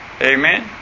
Amen